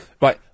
right